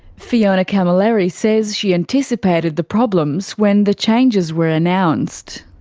fiona camilleri says she anticipated the problems when the changes were announced.